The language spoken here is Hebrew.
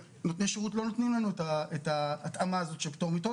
נותני שרות לא נותנים לנו את ההתאמה הזאת של פטור מתור,